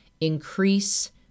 increase